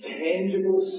tangible